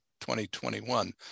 2021